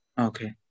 Okay